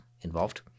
involved